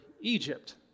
Egypt